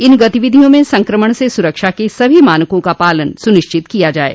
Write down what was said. इन गतिविधियों में संक्रमण से सुरक्षा के सभी मानकों का पालन सुनिश्चित किया जाये